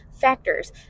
factors